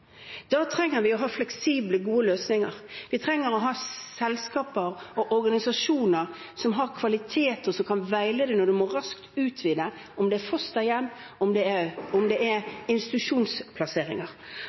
Da trenger vi å ha fleksible, gode løsninger. Vi trenger å ha selskaper og organisasjoner som har kvalitet, og som kan veilede når man må utvide raskt, om det er fosterhjem, om det er institusjonsplasseringer. Det